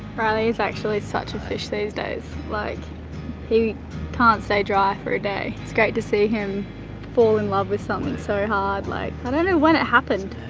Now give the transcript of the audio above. riley is actually such a fish these days, like he can't stay dry for a day. it's great to see him fall in love with something so hard. like i don't know when it happened,